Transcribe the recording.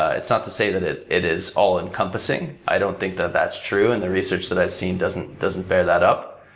ah it's not to say that it it is all encompassing. i don't think that that's true, and the research that i've seen doesn't doesn't bear that up.